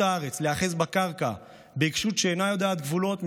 הארץ להיאחז בקרקע בעיקשות שאינה יודעת גבולות,